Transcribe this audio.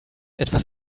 etwas